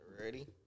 Ready